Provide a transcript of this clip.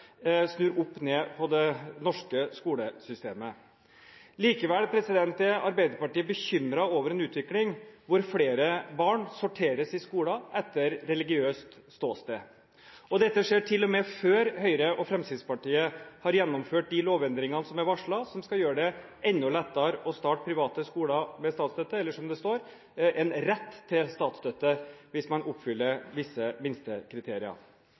snur opp ned på det norske skolesystemet. Likevel er Arbeiderpartiet bekymret over en utvikling hvor flere barn sorteres i skoler etter religiøst ståsted. Dette skjer til og med før Høyre og Fremskrittspartiet har gjennomført de lovendringene som er varslet, som skal gjøre det enda lettere å starte private skoler med statsstøtte, eller – som det står – en rett til statsstøtte hvis man oppfyller